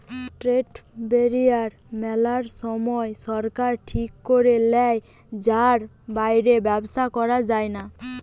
trade barrier মেলা সময় সরকার ঠিক করে লেয় যার বাইরে ব্যবসা করা যায়না